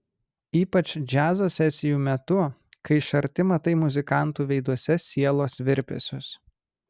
ypač džiazo sesijų metu kai iš arti matai muzikantų veiduose sielos virpesius